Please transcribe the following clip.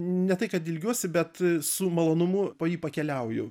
ne tai kad ilgiuosi bet su malonumu po jį pakeliauju